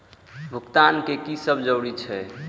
भुगतान के कि सब जुगार छे?